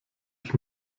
ich